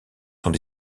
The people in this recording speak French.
sont